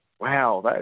Wow